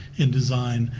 in design.